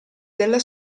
della